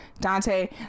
Dante